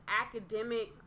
academic